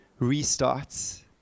restarts